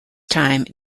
time